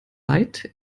leid